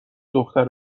دختر